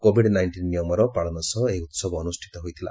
Covid nineteen ନିୟମର ପାଳନ ସହ ଏହି ଉତ୍ସବ ଅନୁଷ୍ଠିତ ହୋଇଛି